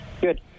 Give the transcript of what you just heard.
Good